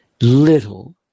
little